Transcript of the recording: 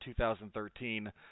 2013